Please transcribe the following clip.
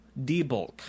debulk